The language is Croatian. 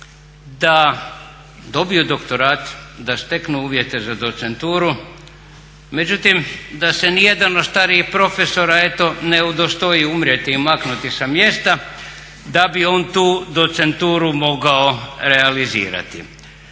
da dobiju doktorat i da steknu uvjete za docenturu međutim da se nijedan od starijih profesora eto ne udostoji umrijeti i maknuti sa mjesta da bi on tu docenturu mogao realizirati.